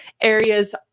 areas